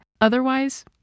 Otherwise